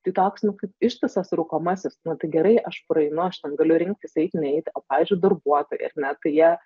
tai toks nu kaip ištisas rūkomasis nu tai gerai aš praeinu aš ten galiu rinktis eiti neiti o pavyzdžiui darbuotojai ar ne tai jie